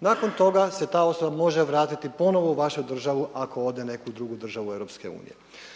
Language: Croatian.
nakon toga se ta osoba može vratiti ponovno u vašu državu ako ode u neku drugu državu EU.